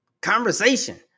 conversation